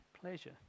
pleasure